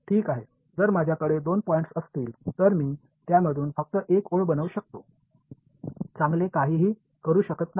ठीक आहे जर माझ्याकडे दोन पॉईंट्स असतील तर मी त्यामधून फक्त एक ओळ बसवू शकतो चांगले काहीही करू शकत नाही